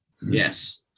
Yes